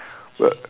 but